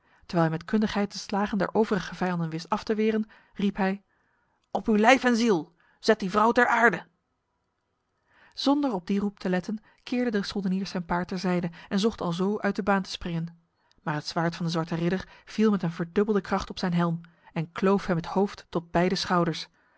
terwijl hij met kundigheid de slagen der overige vijanden wist af te weren riep hij op uw lijf en ziel zet die vrouw ter aarde zonder op die roep te letten keerde de soldenier zijn paard ter zijde en zocht alzo uit de baan te springen maar het zwaard van de zwarte ridder viel met een verdubbelde kracht op zijn helm en kloof hem het hoofd tot bij de schouders